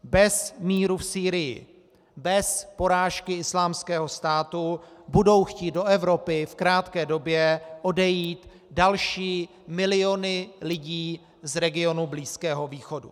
Bez míru v Sýrii, bez porážky Islámského státu budou chtít do Evropy v krátké době odejít další miliony lidí z regionu Blízkého východu.